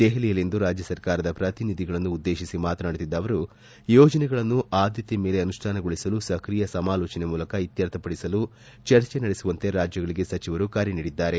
ದೆಹಲಿಯಲ್ಲಿಂದು ರಾಜ್ಯ ಸರ್ಕಾರದ ಪ್ರತಿನಿಧಿಗಳನ್ನು ಉದ್ದೇಶಿಸಿ ಮಾತನಾಡುತ್ತಿದ್ದ ಅವರು ಯೋಜನೆಗಳನ್ನು ಆದ್ದತೆ ಮೇಲೆ ಅನುಷ್ಠಾನಗೊಳಿಸಲು ಸ್ಕ್ರಿಯ ಸಮಾಲೋಚನೆ ಮೂಲಕ ಇತ್ಪರ್ಥಪಡಿಸಲು ಚರ್ಚೆ ನಡೆಸುವಂತೆ ರಾಜ್ಲಗಳಿಗೆ ಸಚಿವರು ಕರೆ ನೀಡಿದ್ದಾರೆ